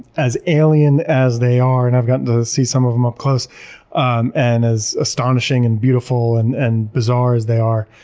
as alien as they are and i've gotten to see some of them up close um and as astonishing and beautiful and and bizarre as they are,